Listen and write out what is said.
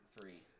three